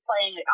playing